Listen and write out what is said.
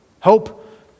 Hope